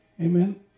Amen